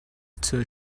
too